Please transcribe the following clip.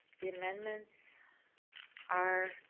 the amendments are.